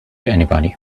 anybody